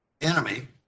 enemy